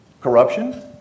corruption